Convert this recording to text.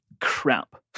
crap